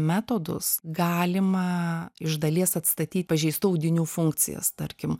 metodus galima iš dalies atstatyt pažeistų audinių funkcijas tarkim